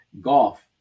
Golf